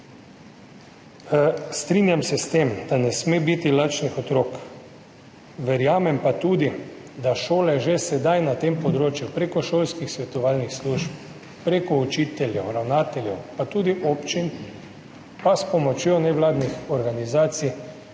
Strinjam se s tem, da ne sme biti lačnih otrok, verjamem pa tudi, da šole že sedaj na tem področju prek šolskih svetovalnih služb, prek učiteljev, ravnateljev pa tudi občin in s pomočjo nevladnih organizacij